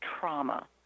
trauma